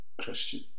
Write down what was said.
Christian